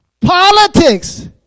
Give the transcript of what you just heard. politics